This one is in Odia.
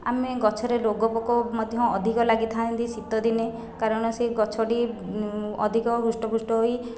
ଆମେ ଗଛରେ ରୋଗପୋକ ମଧ୍ୟ ଅଧିକ ଲାଗିଥାନ୍ତି ଶୀତ ଦିନେ କାରଣ ସେ ଗଛ ଟି ଅଧିକ ହୃଷ୍ଠପୃଷ୍ଠ ହୋଇ